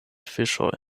fiŝoj